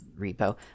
repo